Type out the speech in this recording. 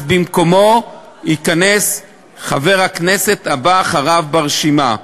במקומו ייכנס חבר הכנסת הבא אחריו ברשימה.